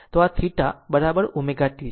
તો આ θ બરાબર ω t છે